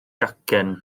gacen